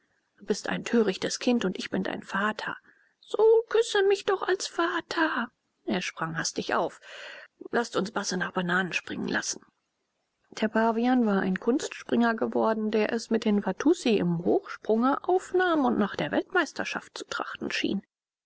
du bist ein törichtes kind und ich bin dein vater so küsse mich doch als vater er sprang hastig auf laßt uns basse nach bananen springen lassen der pavian war ein kunstspringer geworden der es mit den watussi im hochsprunge aufnahm und nach der weltmeisterschaft zu trachten schien